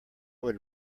would